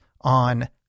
on